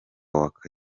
waka